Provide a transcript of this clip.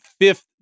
fifth